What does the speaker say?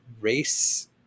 Race